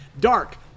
dark